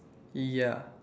ya